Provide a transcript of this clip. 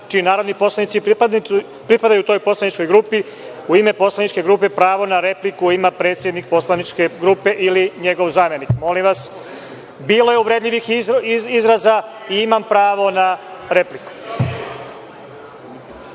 čiji narodni poslanici pripadaju toj poslaničkoj grupi, u ime poslaničke grupe pravo na repliku ima predsednik poslaničke grupe ili njegov zamenik. Molim vas, bilo je uvredljivih izraza i imam pravo na repliku.